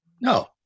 No